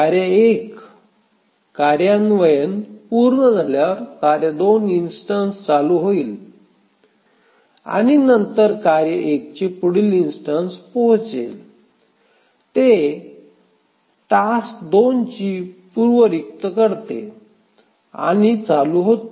कार्य 1 कार्यान्वयन पूर्ण झाल्यावर कार्य 2 इन्स्टन्स चालू होईल आणि नंतर कार्य 1 चे पुढील इन्स्टन्स पोहोचेल ते टास्क 2 ची पूर्व रिक्त करते आणि चालू होते